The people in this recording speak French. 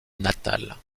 natal